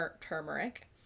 turmeric